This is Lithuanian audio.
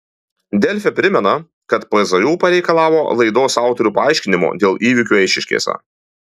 delfi primena kad pzu pareikalavo laidos autorių paaiškinimo dėl įvykių eišiškėse